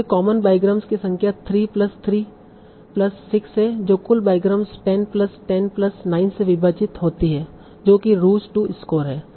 इसलिए common bigrams की संख्या 3 प्लस 3 प्लस 6 है जो कुल बाईग्राम्स 10 प्लस 10 प्लस 9 से विभाजित होती है जो कि रूज 2 स्कोर है